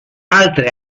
altre